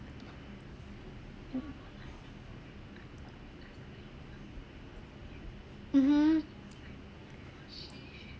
mm mmhmm